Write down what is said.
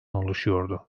oluşuyordu